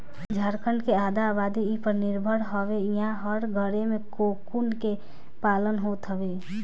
झारखण्ड के आधा आबादी इ पर निर्भर हवे इहां हर घरे में कोकून के पालन होत हवे